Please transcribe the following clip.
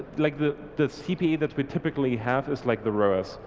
like the the cpa that we typically have is like the roas,